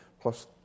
Plus